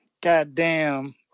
goddamn